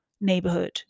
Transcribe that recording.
neighborhood